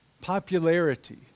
popularity